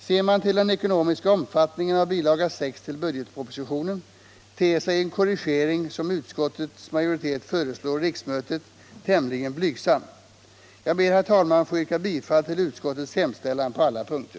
Ser man till den ekonomiska omfattningen av bilaga 6 till budgetpropositionen, ter sig den korrigering som utskottets majoritet föreslår riksmötet tämligen blygsam. Jag ber, herr talman, att få yrka bifall till utskottets hemställan på alla punkter.